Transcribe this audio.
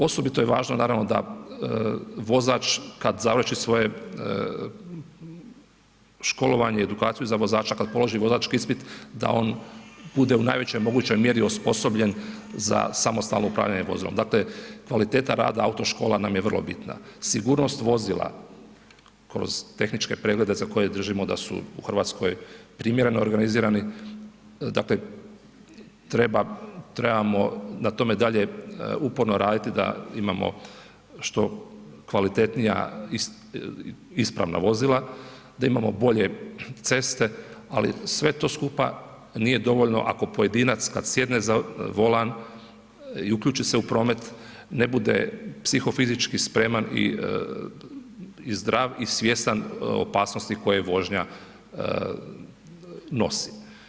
Osobito je važno naravno da vozač kad završi svoje školovanje i edukaciju za vozača, kad položi vozački ispit da on bude u najvećoj mogućoj mjeri osposobljen za samostalno upravljanje vozilom, dakle kvaliteta rada auto škola nam je vrlo bitna, sigurnost vozila kroz tehničke preglede za koje držimo da su u RH primjerno organizirani, dakle trebamo na tome dalje uporno raditi da imamo što kvalitetnija ispravna vozila, da imamo bolje ceste, ali sve to skupa nije dovoljno ako pojedinac kad sjedne za volan i uključi se u promet ne bude psihofizički spreman i zdrav i svjestan opasnosti koje vožnja nosi.